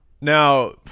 Now